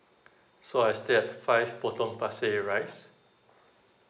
so I stay at five potong pasir ris